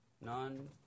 None